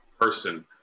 person